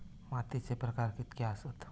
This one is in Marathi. मातीचे प्रकार कितके आसत?